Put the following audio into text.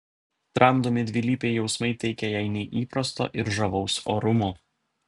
tramdomi dvilypiai jausmai teikia jai neįprasto ir žavaus orumo